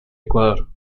ecuador